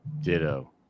ditto